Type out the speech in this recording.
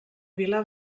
vila